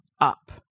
up